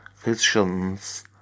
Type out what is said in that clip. Visions